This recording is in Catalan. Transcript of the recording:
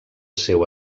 seu